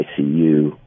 icu